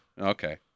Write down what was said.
Okay